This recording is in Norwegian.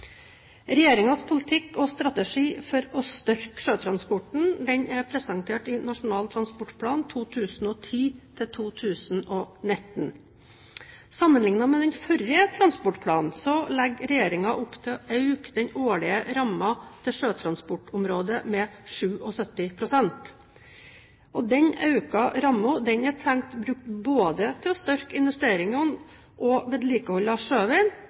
politikk og strategi for å styrke sjøtransporten er presentert i Nasjonal transportplan 2010–2019. Sammenliknet med den forrige transportplanen legger regjeringen opp til å øke den årlige rammen til sjøtransportområdet med 77 pst. Den økte rammen er tenkt brukt både til å styrke investeringene og